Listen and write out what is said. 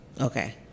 Okay